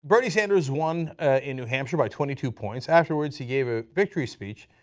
bernie sanders won in new hampshire by twenty two points, afterwards he gave a victory speech,